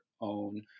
own